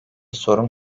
sorun